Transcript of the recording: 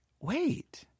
wait